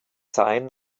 seien